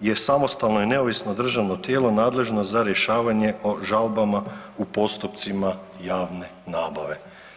je samostalno i neovisno državno tijelo nadležno za rješavanje o žalbama u postupcima javne nabave.